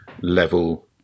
level